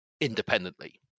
independently